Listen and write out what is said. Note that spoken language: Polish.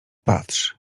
patrz